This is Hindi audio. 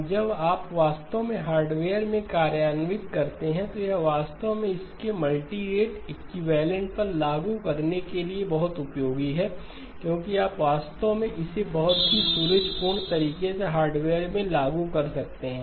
अब जब आप वास्तव में हार्डवेयर में कार्यान्वित करते हैं तो यह वास्तव में इस के मल्टी रेट एक्विवैलेन्ट पर लागू करने के लिए बहुत उपयोगी है क्योंकि आप वास्तव में इसे बहुत ही सुरुचिपूर्ण तरीके से हार्डवेयर में लागू कर सकते हैं